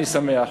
אני שמח,